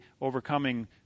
overcoming